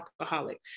alcoholic